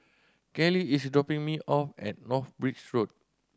Keli is dropping me off at North Bridge Road